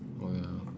[oh ya